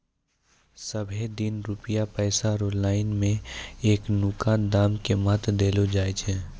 सबहे दिन रुपया पैसा रो लाइन मे एखनुका दाम के महत्व देलो जाय छै